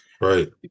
Right